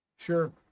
Sure